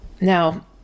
Now